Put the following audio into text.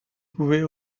pouvaient